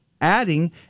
adding